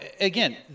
again